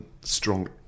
strong